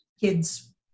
kids